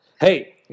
Hey